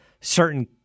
certain